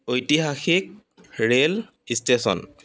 ঐতিহাসিক rail station